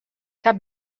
cap